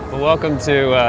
but welcome to